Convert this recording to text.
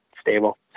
stable